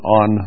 on